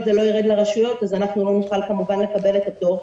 זה לא ירד לרשויות אנחנו לא נוכל כמובן לקבל את הפטור.